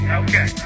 okay